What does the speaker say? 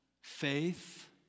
faith